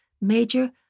major